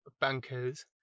bankers